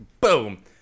Boom